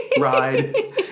ride